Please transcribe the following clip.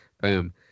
boom